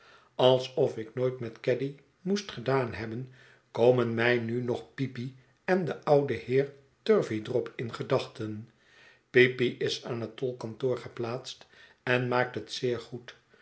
alsof ik nooit met caddy moest gedaan hebben komen mij nu nog peepy en de oude heer turveydrop in gedachten peepy is aan het tolkantoor geplaatst en maakt het zeer goed